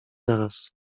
zaraz